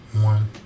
One